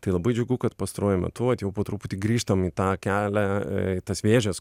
tai labai džiugu kad pastaruoju metu vat jau po truputį grįžtam į tą kelią į tas vėžes